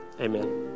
Amen